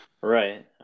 Right